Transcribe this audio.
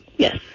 Yes